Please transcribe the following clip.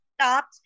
stopped